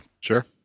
sure